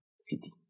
city